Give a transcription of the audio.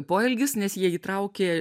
poelgis nes jie įtraukė